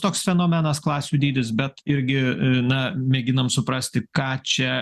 toks fenomenas klasių dydis bet irgi na mėginam suprasti ką čia